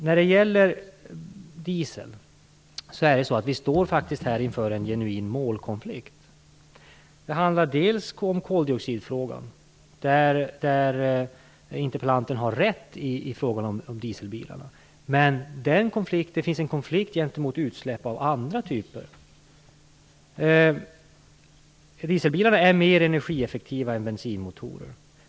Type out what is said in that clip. När det gäller dieseln står vi inför en genuin målkonflikt. Den handlar bl.a. om koldioxidfrågan, där interpellanten har rätt i fråga om dieselbilarna. Men det finns också en konflikt när det gäller andra typer av utsläpp. Dieselbilarna är mer energieffektiva än bensinmotorer.